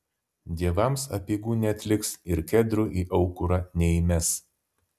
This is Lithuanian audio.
dievams apeigų neatliks ir kedrų į aukurą neįmes